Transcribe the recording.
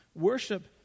Worship